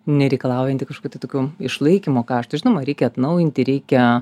nereikalaujanti kažkokių tai tokių išlaikymo kaštų žinoma reikia atnaujinti reikia